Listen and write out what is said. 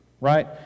Right